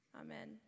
Amen